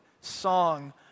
song